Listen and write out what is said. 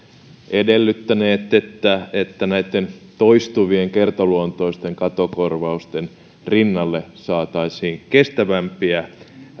edellyttäneet että näitten toistuvien kertaluontoisten katokorvausten rinnalle saataisiin kestävämpiä